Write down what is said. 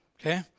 Okay